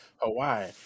Hawaii